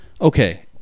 Okay